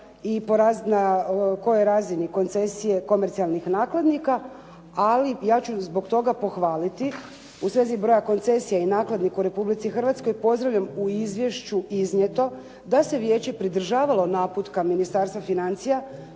i kojoj razini koncesije komercijalnih nakladnika, ali ja ću zbog toga pohvaliti u svezi broja koncesije i nakladnika u Republici Hrvatskoj pozdravljam u izvješću iznijeto da se vijeće pridržavalo naputka Ministarstva financija